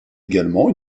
également